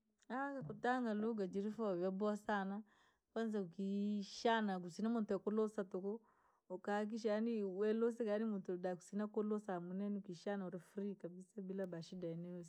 kutangaa lagha jirifoo vyaboowa sana, kwanza ukiishana kusina muntu yookuhuusa tuku, ukaahakikisha yaani woolusika yaan muntu dakusina nkulusa hamuneni ukiishaana urii free kabisa bila ba shida ya aina.